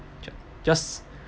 just